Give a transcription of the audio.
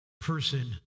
person